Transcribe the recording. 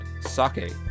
sake